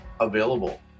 available